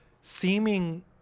seeming